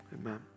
Amen